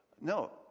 No